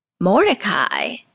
Mordecai